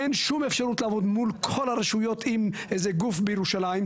אין שום אפשרות לעבוד מול כל הרשויות עם איזה גוף בירושלים,